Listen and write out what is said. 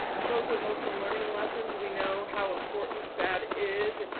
social emotional learning lessons. we know how important that is,